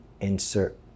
insert